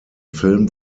film